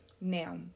Now